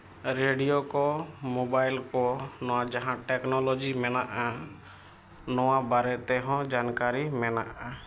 radio ᱠᱚ mobile ᱠᱚ ᱱᱚᱣᱟ ᱡᱟᱦᱟᱸ ᱴᱮᱹᱠᱱᱳᱞᱚᱡᱤ ᱢᱮᱱᱟᱜᱼᱟ ᱱᱚᱣᱟ ᱵᱟᱨᱮ ᱛᱮ ᱦᱚᱸ ᱡᱟᱱᱠᱟᱹᱨᱤ ᱢᱮᱱᱟᱜᱼᱟ